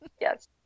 Yes